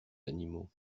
animaux